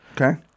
Okay